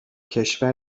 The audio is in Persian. کشور